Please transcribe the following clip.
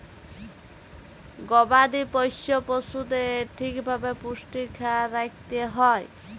গবাদি পশ্য পশুদের ঠিক ভাবে পুষ্টির খ্যায়াল রাইখতে হ্যয়